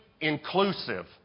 inclusive